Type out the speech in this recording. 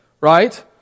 right